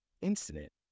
incident